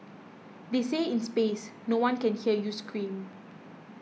they say in space no one can hear you scream